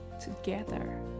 together